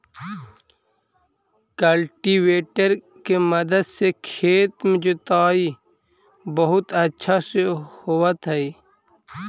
cultivator के मदद से खेत के जोताई बहुत अच्छा से होवऽ हई